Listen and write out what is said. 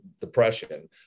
depression